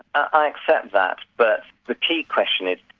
i accept that, but the key question is,